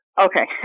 okay